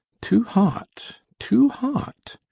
too hot, too hot!